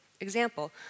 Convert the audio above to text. Example